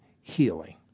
healing